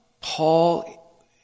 Paul